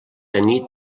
tenir